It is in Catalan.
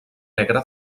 negra